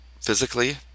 physically